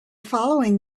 following